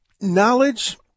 Knowledge